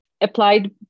Applied